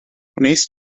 wnest